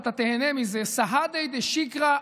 אתה תיהנה מזה: סהדי שקרי,